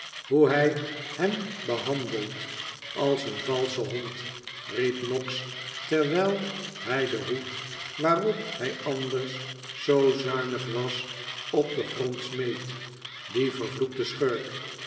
hoe hij hen behandelt als een valsche hond riep noggs terwijl hij den hoed waarop hij anders zoo zuinig was op den grond smeet die vervloekte schurk